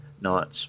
nights